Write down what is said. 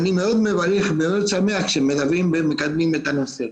ואני מאוד מברך ושמח שמדברים ומקדמים את הנושא,